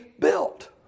built